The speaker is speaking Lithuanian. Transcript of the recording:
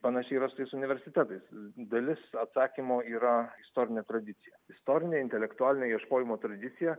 panašiai yra su tais universitetais dalis atsakymo yra istorinė tradicija istorinė intelektualinė ieškojimo tradicija